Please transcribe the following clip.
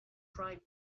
pride